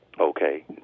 Okay